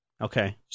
okay